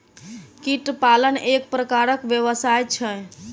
कीट पालन एक प्रकारक व्यवसाय छै